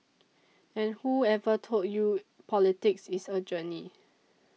and whoever told you politics is a journey